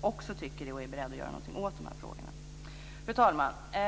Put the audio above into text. också tycker det och är beredd att göra någonting åt dessa frågor. Fru talman!